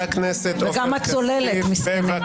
וגם הצוללת, מסכנים.